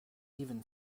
even